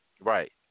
Right